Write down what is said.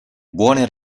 buone